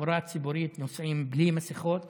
שבתחבורה הציבורית נוסעים בלי מסכות